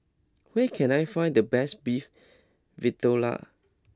where can I find the best Beef Vindaloo